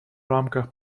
рамках